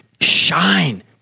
Shine